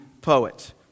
poet